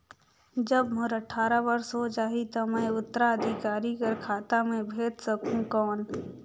जब मोर अट्ठारह वर्ष हो जाहि ता मैं उत्तराधिकारी कर खाता मे भेज सकहुं कौन?